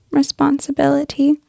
responsibility